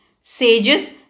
Sages